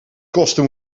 kosten